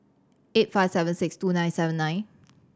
eight five seven six two nine seven nine